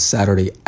Saturday